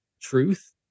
truth